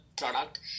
product